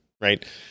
right